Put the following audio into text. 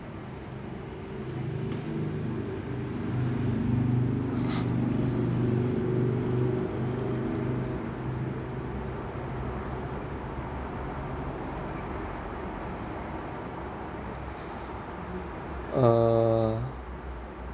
uh